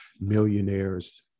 millionaires